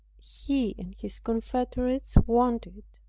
he and his confederates wanted,